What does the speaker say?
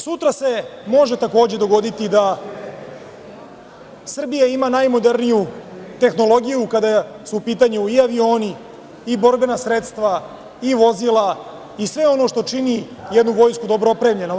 Sutra se takođe može dogoditi da Srbija ima najmoderniju tehnologiju kada su u pitanju i avioni i borbena sredstva i vozila i sve ono što čini jednu vojsku dobro opremljenu.